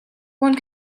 one